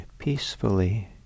peacefully